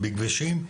בכבישים,